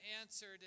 answered